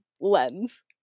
lens